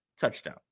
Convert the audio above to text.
touchdown